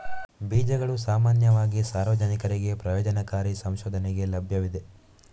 ಬೀಜಗಳು ಸಾಮಾನ್ಯವಾಗಿ ಸಾರ್ವಜನಿಕರಿಗೆ ಪ್ರಯೋಜನಕಾರಿ ಸಂಶೋಧನೆಗೆ ಲಭ್ಯವಿವೆ